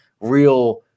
real